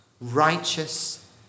righteous